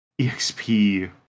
EXP